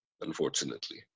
unfortunately